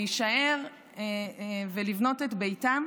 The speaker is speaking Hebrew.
להישאר ולבנות את ביתם,